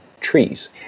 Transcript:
trees